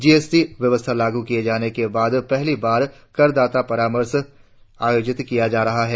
GST व्यवस्था लागू किए जाने के बाद पहली बार करदाता परामर्श आयोजित किया जा रहा है